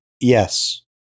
yes